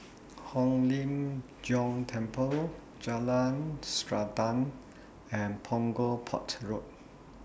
Hong Lim Jiong Temple Jalan Srantan and Punggol Port Road